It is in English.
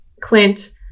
Clint